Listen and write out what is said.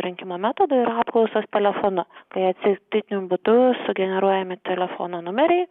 rinkimo metodų ir apklausos telefonu tai atsitiktiniu būdu sugeneruojami telefono numeriai